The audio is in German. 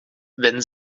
wenn